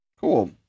Cool